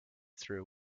through